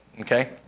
Okay